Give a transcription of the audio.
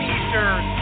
Eastern